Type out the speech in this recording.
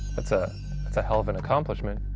that's a, that's a hell of an accomplishment.